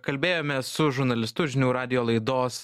kalbėjome su žurnalistu žinių radijo laidos